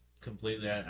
completely